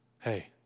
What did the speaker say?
Hey